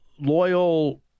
loyal